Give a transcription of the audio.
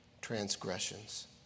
transgressions